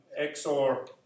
XOR